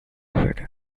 hidden